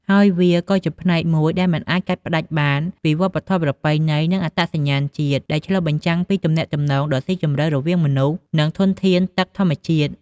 ហើយវាក៏ជាផ្នែកមួយដែលមិនអាចកាត់ផ្ដាច់បានពីវប្បធម៌ ប្រពៃណី និងអត្តសញ្ញាណជាតិ ដែលឆ្លុះបញ្ចាំងពីទំនាក់ទំនងដ៏ស៊ីជម្រៅរវាងមនុស្ស និងធនធានទឹកធម្មជាតិ។